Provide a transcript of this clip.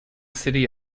city